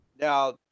Now